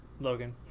Logan